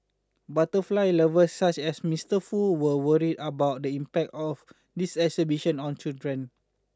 butterfly lovers such as Mister Foo were worried about the impact of this exhibition on children